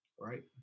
Right